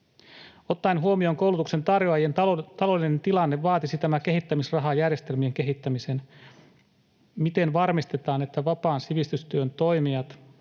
Ottaen huomioon koulutuksen tarjoajien taloudellisen tilanteen vaatisi tämä kehittämisrahaa järjestelmien kehittämiseen. Miten varmistetaan, että vapaan sivistystyön toimijat